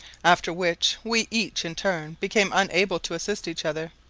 after which, we each in turn became unable to assist each other.